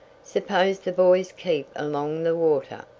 suppose the boys keep along the water,